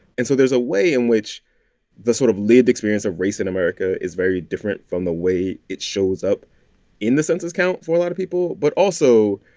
and so there's a way in which the sort of lived experience of race in america is very different from the way it shows up in the census count for a lot of people. but also,